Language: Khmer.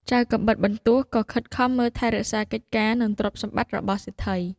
ចៅកាំបិតបន្ទោះក៏ខិតខំមើលថែរក្សាកិច្ចការ និងទ្រព្យសម្បត្តិរបស់សេដ្ឋី។